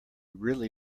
really